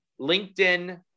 LinkedIn